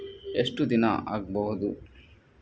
ಎಷ್ಟು ದಿನ ಆಗ್ಬಹುದು?